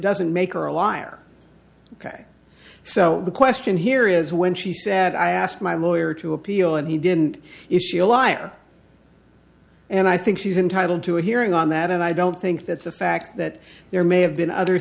doesn't make her a liar ok so the question here is when she said i asked my lawyer to appeal and he didn't issue a liar and i think she's entitled to a hearing on that and i don't think that the fact that there may have been other